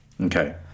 Okay